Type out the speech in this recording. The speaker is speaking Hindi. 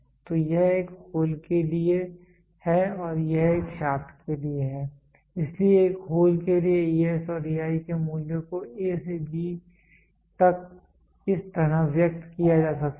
तो यह एक होल के लिए है और यह एक शाफ्ट के लिए है इसलिए एक होल के लिए ES और EI के मूल्यों को A से G तक इस तरह व्यक्त किया जा सकता है